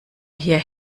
hier